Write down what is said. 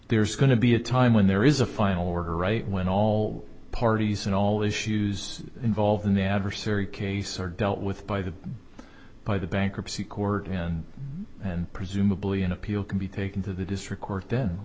there's going to be a time when there is a final order right when all parties and all issues involved in the adversary case are dealt with by the by the bankruptcy court and then presumably an appeal can be taken to the district court then